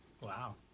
wow